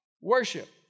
worship